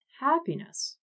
happiness